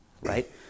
right